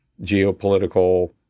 geopolitical